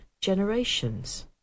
generations